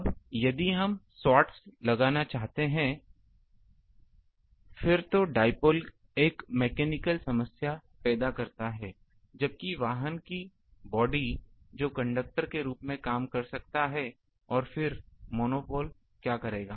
अब यदि हम स्वोर्ड्स लगाना चाहते हैं और फिर तो डाइपोल एक मैकेनिकल समस्या पैदा करता है जबकि वाहन की बॉडी जो कंडक्टर के रूप में काम कर सकता है और फिर मोनोपोल करेगा